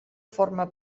forma